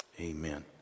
Amen